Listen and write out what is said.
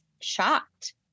shocked